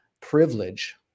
privilege